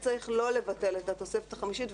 צריך לא לבטל את התוספת החמישית,